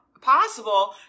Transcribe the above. possible